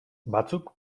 batzuk